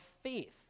faith